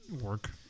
work